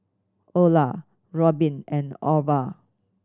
Olar Robin and Orval